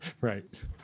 Right